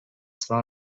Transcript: zwar